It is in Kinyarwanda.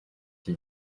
iki